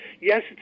yes